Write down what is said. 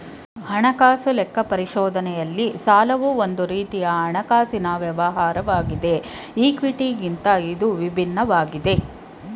ಹಣಕಾಸು ಲೆಕ್ಕ ಪರಿಶೋಧನೆಯಲ್ಲಿ ಸಾಲವು ಒಂದು ರೀತಿಯ ಹಣಕಾಸಿನ ವ್ಯವಹಾರವಾಗಿದೆ ಈ ಕ್ವಿಟಿ ಇಂದ ವಿಭಿನ್ನವಾಗಿದೆ